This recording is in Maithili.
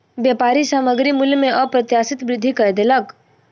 व्यापारी सामग्री मूल्य में अप्रत्याशित वृद्धि कय देलक